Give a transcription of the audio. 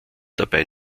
dabei